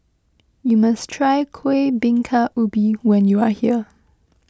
you must try Kueh Bingka Ubi when you are here